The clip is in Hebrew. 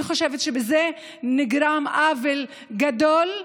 אני חושבת שבזה נגרם עוול גדול,